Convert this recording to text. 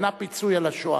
אינה פיצוי על השואה,